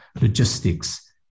logistics